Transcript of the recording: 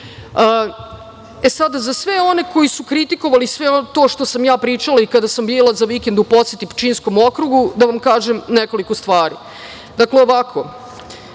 nivo. Sada za sve one koji su kritikovali sve to što sam pričala kada sam bila za vikend u poseti Pčinjskom okrugu, da vam kažem nekoliko stvari. Naše